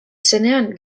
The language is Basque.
zenean